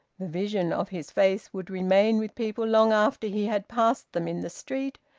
the vision of his face would remain with people long after he had passed them in the street,